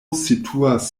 situas